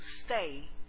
stay